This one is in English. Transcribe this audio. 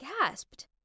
gasped